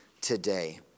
today